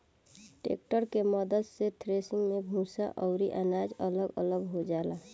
tractor के मद्दत से थ्रेसिंग मे भूसा अउरी अनाज अलग अलग हो जाला